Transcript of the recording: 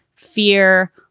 fear,